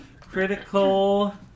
Critical